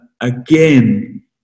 again